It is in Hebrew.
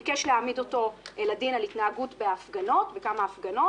ביקש להעמיד אותו לדין על התנהגות בכמה הפגנות.